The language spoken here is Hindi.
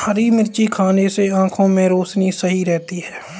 हरी मिर्च खाने से आँखों की रोशनी सही रहती है